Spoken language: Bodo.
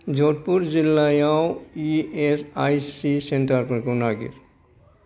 जधपुर जिल्लायाव इएसआईसि सेन्टारफोरखौ नागिर